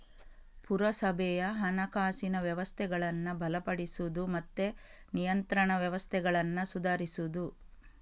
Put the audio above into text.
ಪುರಸಭೆಯ ಹಣಕಾಸಿನ ವ್ಯವಸ್ಥೆಗಳನ್ನ ಬಲಪಡಿಸುದು ಮತ್ತೆ ನಿಯಂತ್ರಣ ವ್ಯವಸ್ಥೆಗಳನ್ನ ಸುಧಾರಿಸುದು